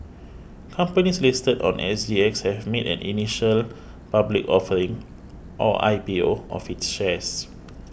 companies listed on S G X have made an initial public offering or I P O of its shares